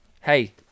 Hey